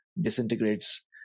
disintegrates